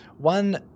one